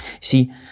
See